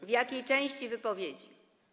W jakiej części wypowiedzi?